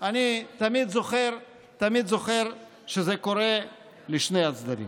אני תמיד זוכר שזה קורה לשני הצדדים.